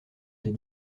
des